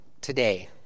today